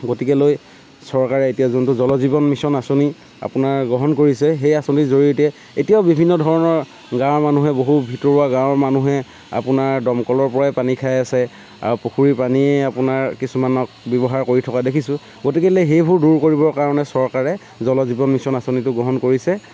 গতিকে লৈ চৰকাৰে এতিয়া যোনটো জল জীৱন মিছন আঁচনি আপোনাৰ গ্ৰহণ কৰিছে সেই আঁচনিৰ জৰিয়তে এতিয়াও বিভিন্ন ধৰণৰ গাঁৱৰ মানুহে বহু ভিতৰুৱা গাঁৱৰ মানুহে আপোনাৰ দমকলৰ পৰাই পানী খাই আছে আৰু পুখুৰী পানীয়েই আপোনাৰ কিছুমানত ব্যৱহাৰ কৰি থকা দেখিছো গতিকে লৈ সেইবোৰ দূৰ কৰিবৰ কাৰণে চৰকাৰে জল জীৱন মিছন আঁচনিটো গ্ৰহণ কৰিছে